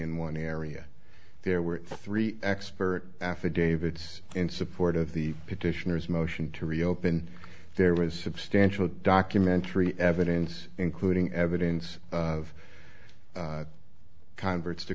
in one area there were three expert affidavits in support of the petitioners motion to reopen there was substantial documentary evidence including evidence of converts to